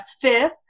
fifth